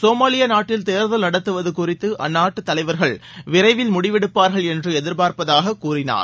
Somalia நாட்டில் தேர்தல் நடத்துவது குறித்து அம்நாட்டுத் தலைவர்கள் விரைவில் முடிவெடுப்பார்கள் என்று எதிர்பார்ப்பதாகக் கூறினார்